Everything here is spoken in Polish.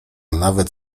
nawet